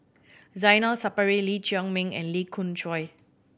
Zainal Sapari Lee Chiaw Meng and Lee Khoon Choy